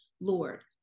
Lord